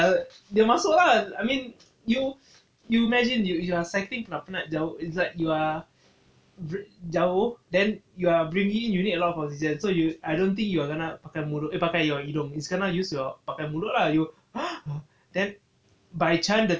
e